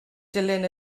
dilyn